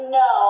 no